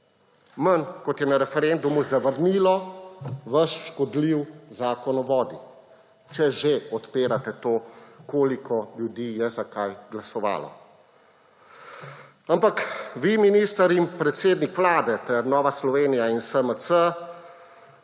manj, kot je na referendumu zavrnilo vaš škodljiv Zakon o vodah – če že odpirate to, koliko ljudi je za kaj glasovalo. Ampak vi, minister in predsednik Vlade ter Nova Slovenija in SMC